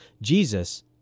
Jesus